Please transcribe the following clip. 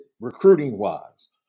recruiting-wise